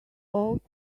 ought